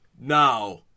Now